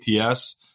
ATS